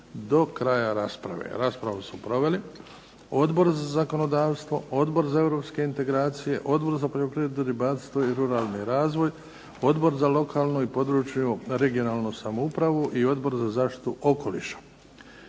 do kraja rasprave. Raspravu su proveli Odbor za zakonodavstvo, Odbor za europske integracije, Odbor za poljoprivredu i ribarstvo i ruralni razvoj, Odbor za lokalnu i područnu (regionalnu) samoupravu i Odbor za zaštitu okoliša.